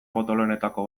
potoloenetako